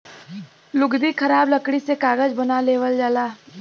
लुगदी खराब लकड़ी से कागज बना लेवल जाला